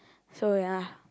so ya